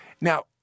Now